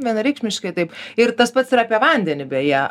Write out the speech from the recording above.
vienareikšmiškai taip ir tas pats ir apie vandenį beje